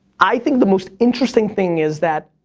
i think the most interesting thing is that,